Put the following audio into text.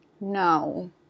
no